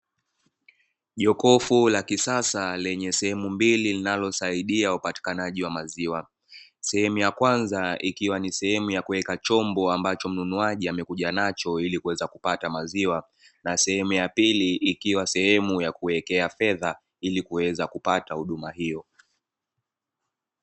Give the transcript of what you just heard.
Jokofu la kisasa lenye sehemu mbili, linalosaidia upatikanaji wa maziwa, sehemu ya kwanza ikiwa ni sehemu ya kuwekwa chombo ambacho mnunuaji amekuja nacho ili kupata maziwa na sehemu ya pili ikiwa sehemu ya kuwekea fedha ili kupata huduma hiyo.